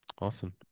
Awesome